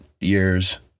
years